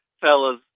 Fellas